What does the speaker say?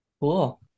Cool